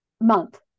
month